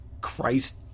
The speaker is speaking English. Christ